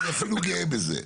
אני אפילו גאה בזה.